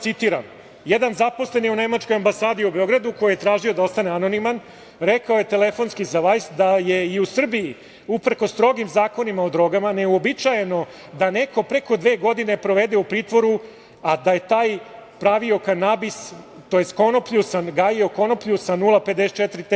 Citiram - Jedan zaposleni u Nemačkoj ambasadi u Beogradu, koji je tražio da ostane anoniman, rekao je telefonski za „Vajs“ da je i u Srbiji, uprkos strogim zakonima o drogama, neuobičajeno da neko pre dve godine provede u pritvoru, a da je taj pravio kanabis, tj. gajio konoplju sa 0,54% THC.